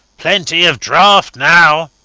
plenty of draught now,